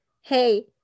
hey